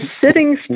sitting